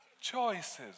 Choices